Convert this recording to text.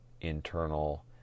internal